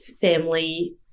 family